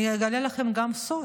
אני גם אגלה לכם סוד,